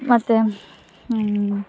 ಮತ್ತು ಹ್ಞೂ